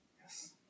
yes